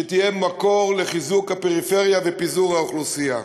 שתהיה מקור לחיזוק הפריפריה בפיזור האוכלוסייה.